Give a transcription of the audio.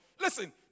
Listen